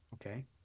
Okay